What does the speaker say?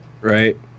right